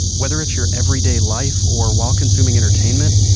whether it's your everyday life or while consuming entertainment,